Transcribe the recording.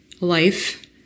life